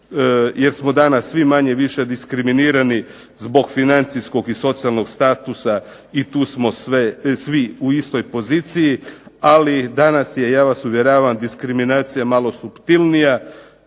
jer smo danas svi manje-više diskriminirani zbog financijskog i socijalnog statusa i tu smo svi u istoj poziciji. Ali danas je, ja vas uvjeravam, diskriminacija malo suptilnija.